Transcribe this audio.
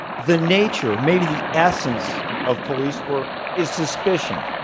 the nature, maybe the essence of police work, is suspicion.